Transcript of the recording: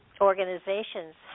organizations